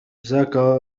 ذاك